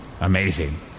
Amazing